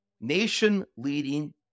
Nation-leading